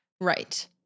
Right